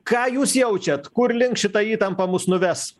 ką jūs jaučiat kur link šita įtampa mus nuves